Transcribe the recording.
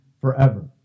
forever